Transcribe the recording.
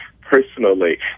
personally